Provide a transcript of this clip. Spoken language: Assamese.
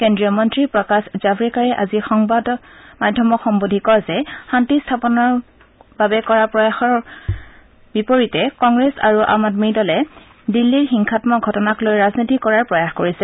কেজ্ৰীয় মন্ত্ৰী প্ৰকাশ জাভড়েকাৰে আজি সংবাদক সন্বোধি কয় যে শান্তি স্থাপন কৰাৰ বাবে প্ৰয়াস কৰাৰ বিপৰীতে কংগ্ৰেছ আৰু আম আদমী দলে দিল্লী হিংসাম্মক ঘটনাক লৈ ৰাজনীতি কৰাৰ প্ৰয়াস কৰিছে